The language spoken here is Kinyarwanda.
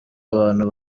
abantu